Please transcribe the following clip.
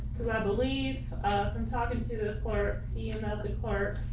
who i believe from talking to the floor, email the court.